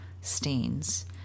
stains